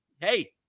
hey